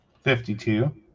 Fifty-two